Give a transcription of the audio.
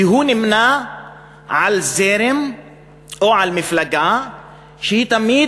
כי הוא נמנה על זרם או על מפלגה שתמיד